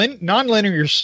non-linear